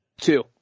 Two